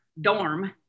dorm